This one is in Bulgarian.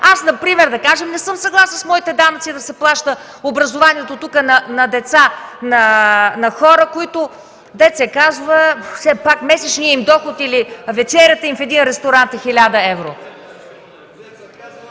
Аз например не съм съгласна с моите данъци да се плаща образованието на децата на хора, на които, дето се казва, все пак месечният им доход или вечерята им в един ресторант е 1000 евро.